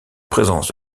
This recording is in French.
présence